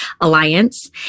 alliance